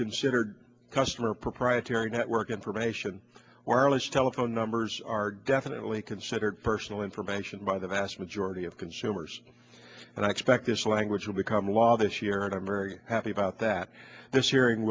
considered customer proprietary network information or alleged telephone numbers are definitely considered personal information by the vast majority of consumers and i expect this language will become law this year and i'm very happy about that this hearing